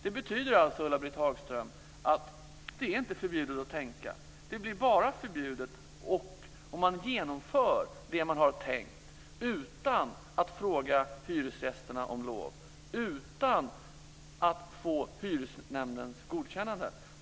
Det betyder alltså, Ulla-Britt Hagström, att det inte är förbjudet att tänka. Det blir bara förbjudet om man genomför det man har tänkt utan att fråga hyresgästerna om lov och utan att ha fått hyresnämndens godkännande.